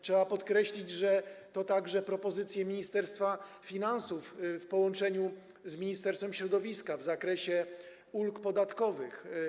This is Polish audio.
Trzeba podkreślić, że to są także propozycje Ministerstwa Finansów w połączeniu z Ministerstwem Środowiska w zakresie ulg podatkowych.